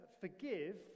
forgive